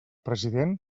president